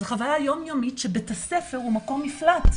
זו חוויה יום יומית שבית הספר הוא מקום מפלט,